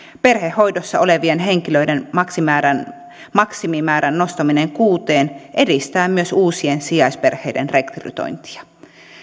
perhehoidossa olevien henkilöiden maksimimäärän maksimimäärän nostaminen kuuteen edistää myös uusien sijaisperheiden rekrytointia